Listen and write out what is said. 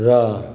र